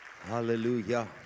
Hallelujah